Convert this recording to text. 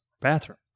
bathroom